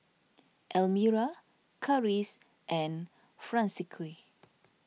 Elmyra Karis and Francisqui